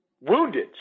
wounded